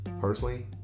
Personally